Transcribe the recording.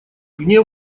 гнев